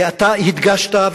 ואתה הדגשת,